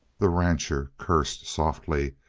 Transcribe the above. the rancher cursed softly,